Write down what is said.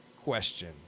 question